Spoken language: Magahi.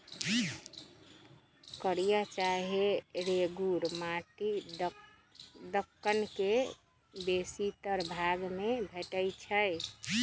कारिया चाहे रेगुर माटि दक्कन के बेशीतर भाग में भेटै छै